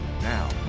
Now